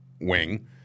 wing